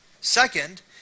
Second